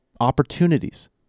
opportunities